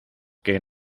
que